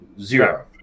Zero